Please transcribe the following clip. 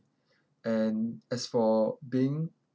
and as for being